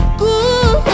good